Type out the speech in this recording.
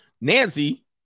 Nancy